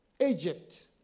Egypt